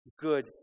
good